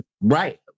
Right